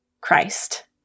Christ